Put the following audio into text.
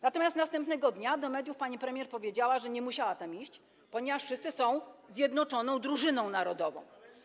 Natomiast następnego dnia do mediów pani premier powiedziała, że nie musiała tam iść, ponieważ wszyscy są zjednoczoną drużyną narodową.